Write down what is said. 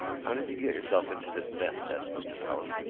how did you get yourself into this mess? asked mr. power.